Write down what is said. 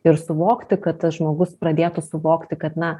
ir suvokti kad tas žmogus pradėtų suvokti kad na